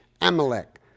Amalek